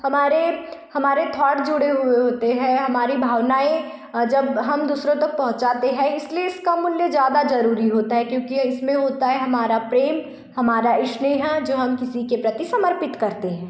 हमारे हमारे थॉट जुड़े हुए होते हैं हमारी भावनाएँ जब हम दूसरों तक पहुँचाते हैं इसलिए इसका मूल्य ज़्यादा जरूरी होता है क्योंकि इसमें होता है हमारा प्रेम हमारा स्नेह जो हम किसी के प्रति समर्पित करते हैं